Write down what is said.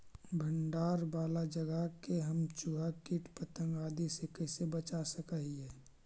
भंडार वाला जगह के हम चुहा, किट पतंग, आदि से कैसे बचा सक हिय?